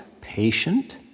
patient